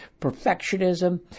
perfectionism